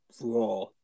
raw